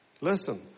Listen